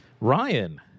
ryan